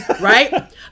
right